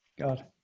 God